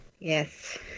Yes